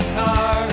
car